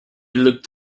looked